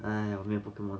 !aiya! 我没有 pokemon